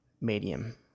Medium